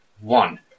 One